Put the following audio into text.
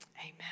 amen